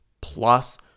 plus